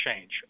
change